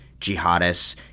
jihadists